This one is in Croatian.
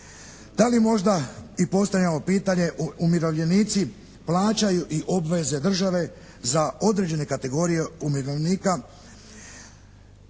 da li možda i postavljamo pitanje umirovljenici plaćaju i obveze države za određene kategorije umirovljenika.